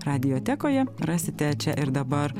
radiotekoje rasite čia ir dabar